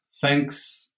thanks